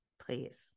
Please